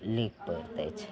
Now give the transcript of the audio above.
नीप पोतय छै